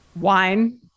Wine